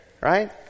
Right